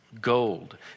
gold